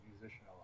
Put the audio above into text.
musician